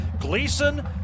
Gleason